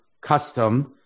custom